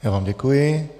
Já vám děkuji.